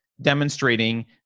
demonstrating